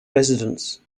residents